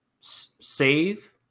save